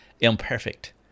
imperfect